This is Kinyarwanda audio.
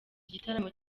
igitaramo